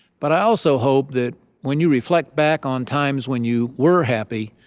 but i also hope that when you reflect back on times when you were happy,